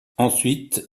ensuite